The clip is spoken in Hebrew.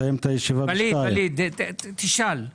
תשאל.